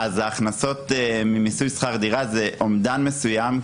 הכנסות ממיסוי שכר דירה זה אומדן מסוים.